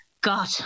God